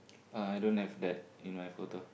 uh I don't have that in my photo